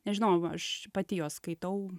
nežinau aš pati juos skaitau